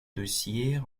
dossier